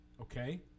Okay